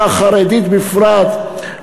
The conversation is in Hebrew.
והחרדית בפרט,